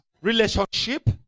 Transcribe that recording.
relationship